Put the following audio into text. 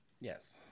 Yes